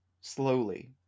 slowly